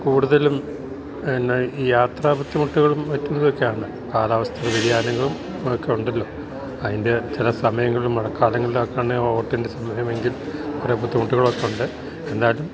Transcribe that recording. കൂട്തലും എന്നാ ഈ യാത്രാ ബുദ്ധിമുട്ട്കളും മറ്റും ഇത് വെച്ചാണ് കാലാവസ്ഥ വ്യതിയാനങ്ങളും അതക്കെ ഉണ്ടല്ലോ അതിൻ്റെ ചില സമയങ്ങൾളും മഴക്കാലങ്ങൾളൊയാണേ ഓട്ടിൻ്റെ സമയമെങ്കിൽ കുറെ ബുദ്ധിമുട്ടുകളൊക്കെ ഉണ്ട് എന്നാലും